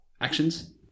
actions